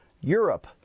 Europe